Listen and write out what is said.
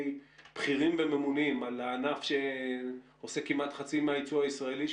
בכירים וממונים על ענף שעושה כמעט חצי מהייצוא הישראלי,